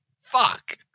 Fuck